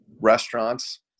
restaurants